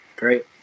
Great